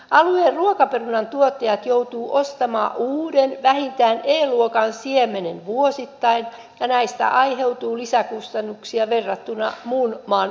alueen ruokaperunantuottajat joutuvat ostamaan uuden vähintään e luokan siemenen vuosittain ja näistä aiheutuu lisäkustannuksia verrattuna muun maan perunantuottajiin